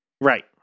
Right